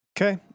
Okay